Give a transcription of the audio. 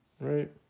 right